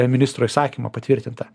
ministro įsakymą patvirtinta